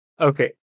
Okay